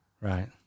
Right